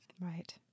Right